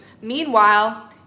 Meanwhile